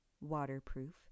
waterproof